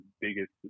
biggest